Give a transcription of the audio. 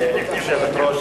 גברתי היושבת-ראש,